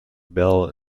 belle